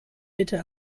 bitte